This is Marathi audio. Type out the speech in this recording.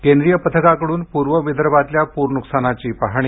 केंद्रीय पथकाकडून पूर्वविदर्भातल्या पूर नुकसानाची पाहणी